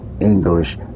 English